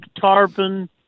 tarpon